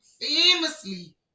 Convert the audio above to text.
famously